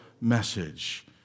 message